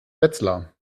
wetzlar